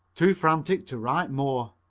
too frantic to write more.